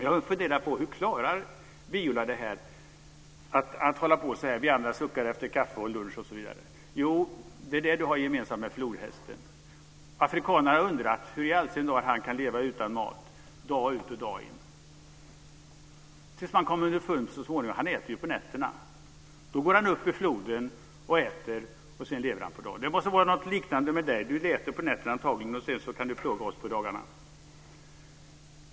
Jag har funderat på hur Viola klarar att hålla på så här när vi andra suckar efter kaffe och lunch osv. Det är i det här avseendet som hon har något gemensamt med flodhästen. Afrikanerna har undrat hur i all sin dar flodhästen kan leva utan mat dag ut och dag in tills man så småningom kom underfund med att den äter på nätterna. Sedan lever den på dagen. Det måste vara något liknande med dig, Viola Furubjelke.